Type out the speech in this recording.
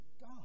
God